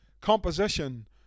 composition